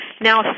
Now